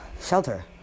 shelter